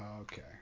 Okay